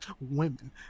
women